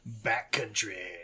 Backcountry